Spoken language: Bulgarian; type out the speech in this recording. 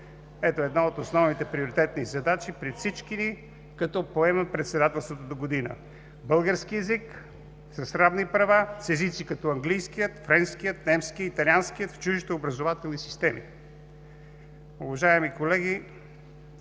Ето една от основните приоритетни задачи пред всички ни, като поемем председателството догодина – българският език с равни права с езици като английския, френския, немския, италианския в чуждите образователни системи. Уважаеми колеги,